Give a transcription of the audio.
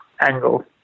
angle